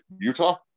Utah